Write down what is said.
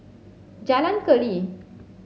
Jalan Keli